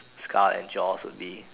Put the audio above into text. skull and jaws would be